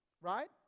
right